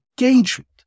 engagement